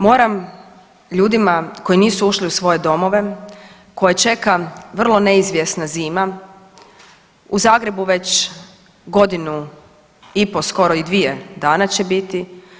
Moram ljudima koji nisu ušli u svoje domove, koje čeka vrlo neizvjesna zima, u Zagrebu već godinu i po', skoro i dvije, dana će biti.